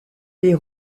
des